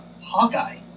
Hawkeye